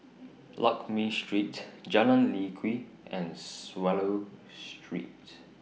Lakme Street Jalan Lye Kwee and Swallow Street